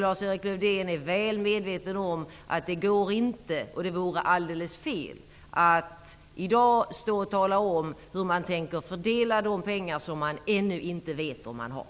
Lars Erik Lövdén är väl medveten om att det inte går och att det vore alldeles fel att i dag stå och tala om hur man tänker fördela de pengar som man ännu inte vet om man har.